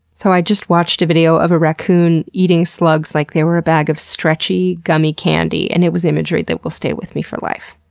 so i just watched a video of a raccoon eating slugs like they were a bag of stretchy, gummy candy and it was imagery that will stay with me for life.